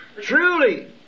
Truly